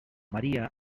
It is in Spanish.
maría